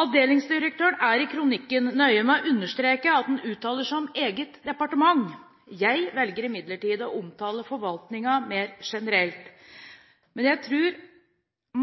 Avdelingsdirektøren er i kronikken nøye med å understreke at han uttaler seg om eget departement. Jeg velger imidlertid å omtale forvaltningen mer generelt. Men jeg tror